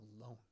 alone